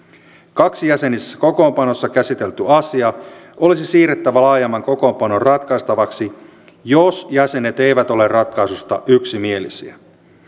kaksijäsenisessä kokoonpanossa käsitelty asia olisi siirrettävä laajemman kokoonpanon ratkaistavaksi jos jäsenet eivät ole ratkaisusta yksimielisiä